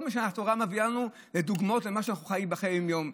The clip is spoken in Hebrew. כל מה שהתורה מביאה לנו זה דוגמאות למה שאנחנו חיים בחיי היום-יום.